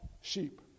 sheep